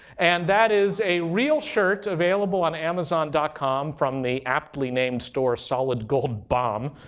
and that is a real shirt available on amazon dot com from the aptly named store solid gold bomb.